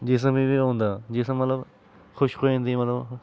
जिस्म मी बी ओह् होंदा जिस्म मतलब खुश्क होई जंदी मतलब